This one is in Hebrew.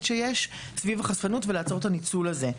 שיש סביב החשפנות ולעצור את הניצול הזה.